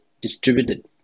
distributed